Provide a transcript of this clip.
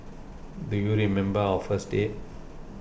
do you remember our first date